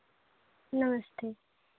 नमस्ते